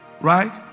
right